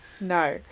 no